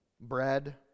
Bread